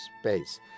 space